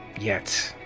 yet.